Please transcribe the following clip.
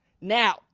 Now